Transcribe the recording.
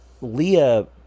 Leah